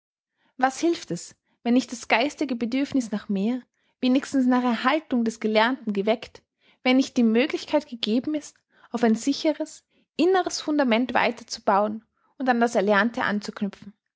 was hilft es wenn nicht das geistige bedürfniß nach mehr wenigstens nach erhaltung des gelernten geweckt wenn nicht die möglichkeit gegeben ist auf ein sicheres inneres fundament weiter zu bauen und an das erlernte anzuknüpfen